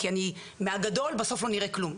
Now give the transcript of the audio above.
כי מהגדול בסוף לא נראה כלום.